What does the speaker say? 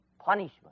punishment